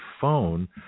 phone